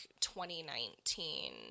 2019